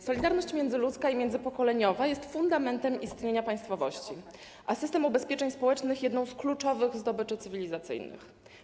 Solidarność międzyludzka i międzypokoleniowa jest fundamentem istnienia państwowości, a system ubezpieczeń społecznych jest jedną z kluczowych zdobyczy cywilizacyjnych.